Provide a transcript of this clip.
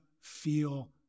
feel